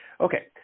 Okay